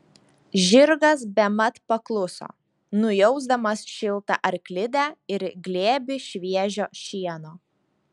žirgas bemat pakluso nujausdamas šiltą arklidę ir glėbį šviežio šieno